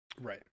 Right